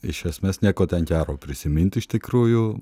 iš esmės nieko ten gero prisiminti iš tikrųjų